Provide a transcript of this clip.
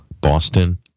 Boston